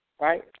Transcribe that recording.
right